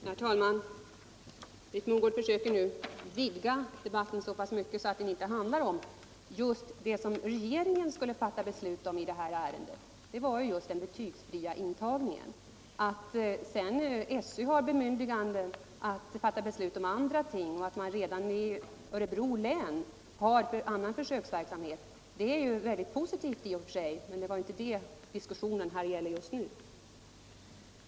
Herr talman! Britt Mogård försöker nu vidga debatten så pass mycket att den inte handlar om just det som regeringen skulle fatta beslut om i det här ärendet, den betygsfria intagningen. Att SÖ har bemyndigande att fatta beslut om andra ting och att man redan i Örebro län har annan försöksverksamhet är mycket positivt i och för sig, men det är inte det som denna diskussion gäller.